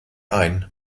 ein